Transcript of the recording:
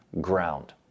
ground